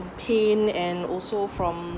pain and also from